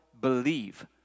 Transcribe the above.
believe